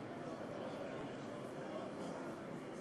ואנחנו צריכים היום לגרום לכך שהמדינות המרכיבות